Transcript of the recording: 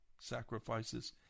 sacrifices